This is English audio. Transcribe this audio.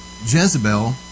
Jezebel